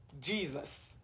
Jesus